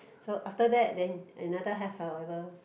so after that then another half however